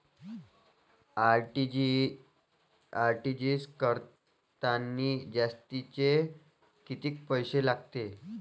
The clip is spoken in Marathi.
आर.टी.जी.एस करतांनी जास्तचे कितीक पैसे लागते?